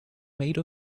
made